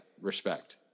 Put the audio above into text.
respect